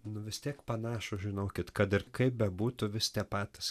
nu vis tiek panašūs žinokit kad ir kaip bebūtų vis tie patys